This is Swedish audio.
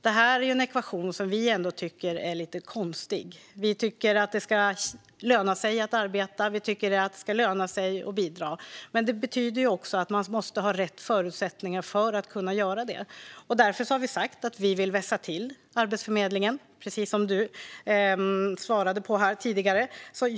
Det är en ekvation som vi tycker är lite konstig. Vi tycker att det ska löna sig att arbeta. Vi tycker att det ska löna sig att bidra. Men det betyder också att man måste ha rätt förutsättningar för att kunna göra det. Därför har vi sagt att vi vill vässa Arbetsförmedlingen, precis som du sa tidigare.